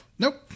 Nope